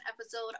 episode